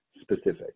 Specific